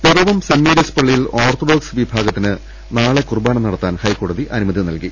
Piravom saint Mary's പള്ളിയിൽ orthodox വിഭാ ഗത്തിന് നാളെ കുർബാന നടത്താൻ ഹൈക്കോടതി അനുമതി നൽകി